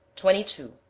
twenty two.